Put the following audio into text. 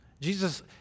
Jesus